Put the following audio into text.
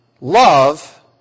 love